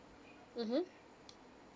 mmhmm